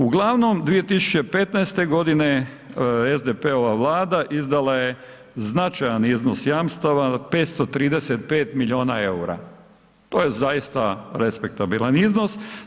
Uglavnom 2015. godine SDP-ova vlada izdala je značajan iznos jamstava 535 milijuna eura, to je zaista respektabilan iznos.